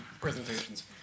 presentations